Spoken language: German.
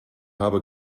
habe